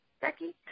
Becky